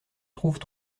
trouvent